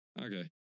Okay